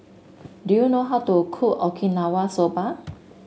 do you know how to cook Okinawa Soba